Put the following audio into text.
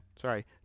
Sorry